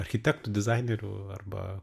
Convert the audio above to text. architektų dizainerių arba